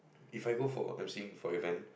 if I go for emceeing for event